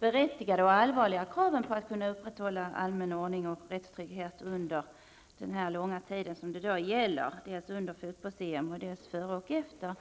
berättigade och allvarliga kraven på att upprätthålla allmän ordning och rättstrygghet under den långa tid det gäller, dels under fotbolls EM och dels före och efter.